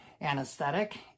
anesthetic